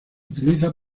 utiliza